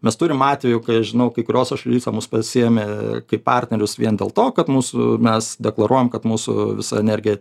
mes turim atvejų kai aš žinau kai kuriose šalyse mus pasiėmė kaip partnerius vien dėl to kad mūsų mes deklaruojam kad mūsų visa energija